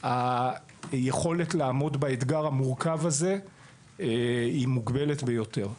היכולת לעמוד באתגר הזה היא מוגבלת ביותר.